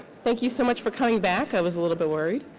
thank you so much for coming back. i was a little bit worried.